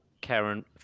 Karen